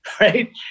right